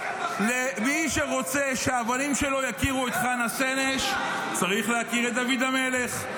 מי שרוצה שהבנים שלו יכירו את חנה סנש צריך להכיר את דוד המלך,